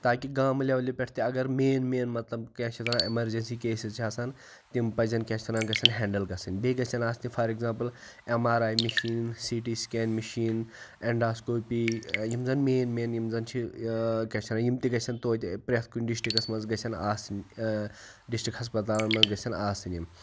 تاکہِ گامہٕ لیٚولہِ پیٚٹھ تہٕ اگر مین مین کیاہ چھِ یتھ وَنان اگر ایٚمرجنسی کیسز چھِ آسان تِم پَزن کیاہ چھِ اتھ وَنان گَژھَن ہیٚنڈٕل گَژھٕنۍ بیٚیہِ گَژھَن آسنہٕ for example M R I مِشیٖنہٕ C T scan machine endoscopy یِم زَن مین مین یِم زَن چھِ کیاہ چھِ یتھ ونان یِم تہِ گَژھن توتہِ پرٛٮ۪تھ کُنہ ڈِشٹرکَس مَنٛز گَژھن آسٕنۍ ڈِشٹرک ہَسپَتالَن مَنٛز گَژھَن آسٕنۍ یِم